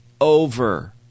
over